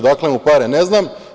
Odakle mu pare, ne znam.